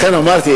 לכן אמרתי,